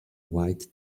white